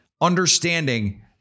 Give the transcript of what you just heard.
Understanding